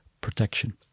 protection